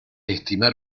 estimar